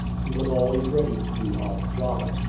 he was always ready to do odd jobs,